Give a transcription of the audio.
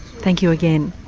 thank you again.